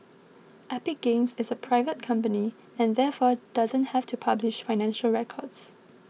Epic Games is a private company and therefore doesn't have to publish financial records